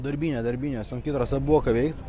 darbinė darbinė sunki trasa buvo ką veikt